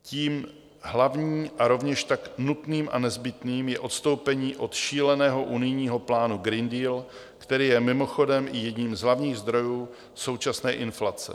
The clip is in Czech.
Tím hlavním a rovněž tak nutným a nezbytným je odstoupení od šíleného unijního plánu Green Deal, který je mimochodem i jedním z hlavních zdrojů současné inflace.